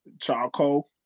charcoal